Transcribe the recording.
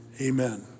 amen